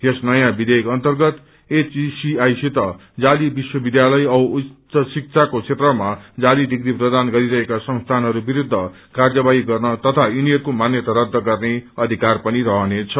यस नयौँ विषेयक अन्तगत एचईसीआई सित जाली विश्वविध्यालय औ उच्च शिषाको क्षेत्रमा जाली डिप्री प्रदान गरिरहेका संस्थानहरू विरूद्ध कार्यवाषी गर्न तथा पिनीहरूको मान्यता रछ गर्ने अधिकार पनि रहनेछ